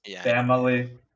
Family